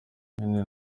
nyene